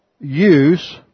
use